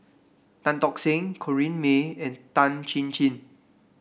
Tan Tock Seng Corrinne May and Tan Chin Chin